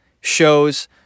shows